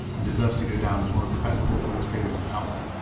and deserves to go down as one of the best portable experiences out there.